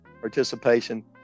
participation